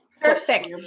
Perfect